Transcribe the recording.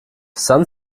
san